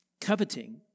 coveting